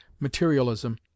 materialism